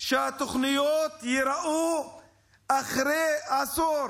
שהתוצאות ייראו אחרי עשור.